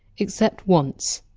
except once,